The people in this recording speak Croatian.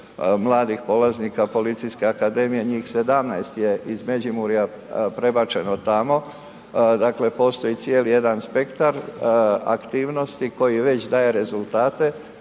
mladih polaznika Policijske akademije, njih 17 je iz Međimurja prebačeno tamo. Dakle, postoji cijeli jedan spektar aktivnosti koji već daje rezultate